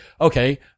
okay